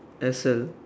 Excel